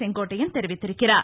செங்கோட்டையன் தெரிவித்திருக்கிறார்